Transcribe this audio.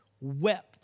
wept